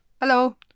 Hello